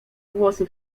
głosy